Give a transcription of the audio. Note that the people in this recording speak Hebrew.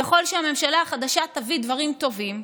ככל שהממשלה החדשה תביא דברים טובים,